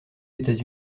états